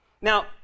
Now